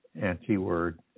anti-Word